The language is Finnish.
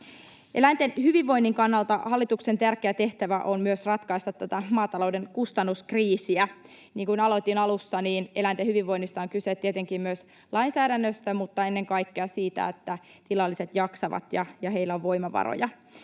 Eläinten hyvinvoinnin kannalta hallituksen tärkeä tehtävä on myös ratkaista tätä maatalouden kustannuskriisiä. Niin kuin aloitin alussa, eläinten hyvinvoinnissa on kyse tietenkin myös lainsäädännöstä mutta ennen kaikkea siitä, että tilalliset jaksavat ja heillä on voimavaroja.